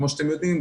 כמו שאתם יודעים,